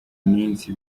munsi